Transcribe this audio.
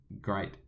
great